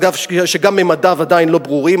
אגב, גם ממדיו עדיין לא ברורים.